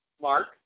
Mark